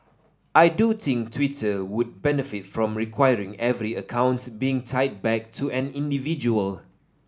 I do think Twitter would benefit from requiring every account being tied back to an individual